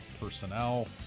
personnel